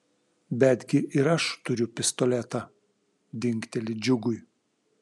betgi ir aš turiu pistoletą dingteli džiugui